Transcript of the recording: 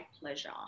pleasure